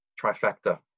trifecta